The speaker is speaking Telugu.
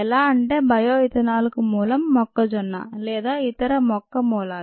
ఎలా అంటే బయో ఇథనాల్ కు మూలం మొక్కజొన్న లేదా ఇతర మొక్క మూలాలు